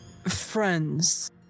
friends